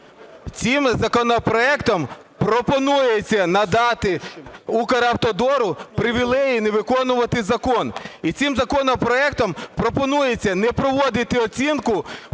Цим законопроектом пропонується надати Укравтодору привілеї не виконувати закон. І цим законопроектом пропонується не проводити оцінку